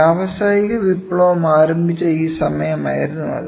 വ്യാവസായിക വിപ്ലവം ആരംഭിച്ച ആ സമയമായിരുന്നു അത്